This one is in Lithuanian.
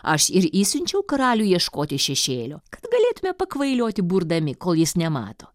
aš ir išsiunčiau karalių ieškoti šešėlio kad galėtume pakvailioti burdami kol jis nemato